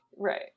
Right